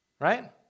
Right